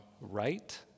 right